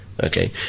Okay